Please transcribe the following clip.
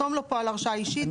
תחתום לו פה על הרשאה אישית,